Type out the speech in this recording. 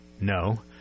No